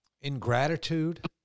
ingratitude